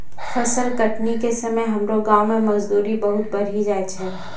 फसल कटनी के समय हमरो गांव मॅ मजदूरी बहुत बढ़ी जाय छै